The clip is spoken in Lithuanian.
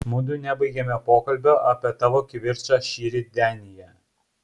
mudu nebaigėme pokalbio apie tavo kivirčą šįryt denyje